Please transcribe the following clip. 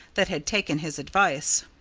that had taken his advice.